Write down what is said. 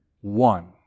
one